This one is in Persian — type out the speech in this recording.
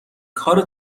کار